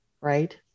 Right